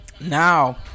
now